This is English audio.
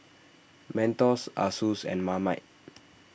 Mentos Asus and Marmite